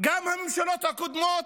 גם הממשלות הקודמות,